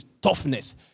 toughness